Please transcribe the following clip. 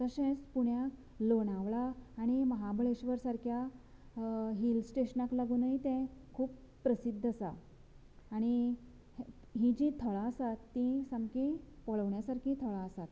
तशेंच पुण्याक लोणावळा आनी महाबळेश्वर सारकेल्या हिल स्टेशनांक लागूनय तें खूब प्रसिध्द आसा आनी ही जी थळां आसात ती सामकीं पळोवण्या सारकीं थळां आसात